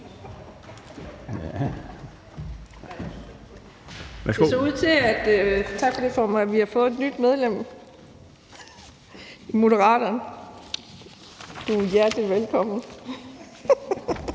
Det ser ud til, at vi har fået et nyt medlem i Moderaterne. Du er hjertelig velkommen!